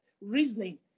reasoning